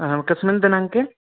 नाम कस्मिन् दिनाङ्के